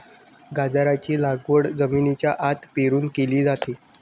गाजराची लागवड जमिनीच्या आत पेरून केली जाते